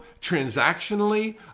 transactionally